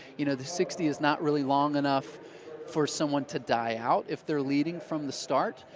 you know, the sixty is not really long enough for someone to die out if they're leading from the start.